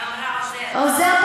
היא אמרה: עוזר.